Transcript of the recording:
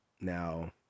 Now